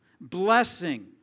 blessing